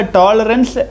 tolerance